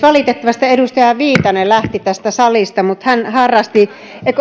valitettavasti edustaja viitanen lähti tästä salista mutta hän harrasti